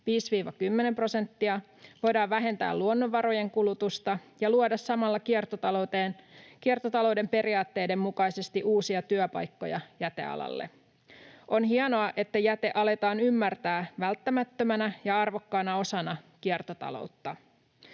5–10 prosenttia, voidaan vähentää luonnonvarojen kulutusta ja luoda samalla kiertotalouden periaatteiden mukaisesti uusia työpaikkoja jätealalle. On hienoa, että jäte aletaan ymmärtää välttämättömänä ja arvokkaana osana kiertotaloutta.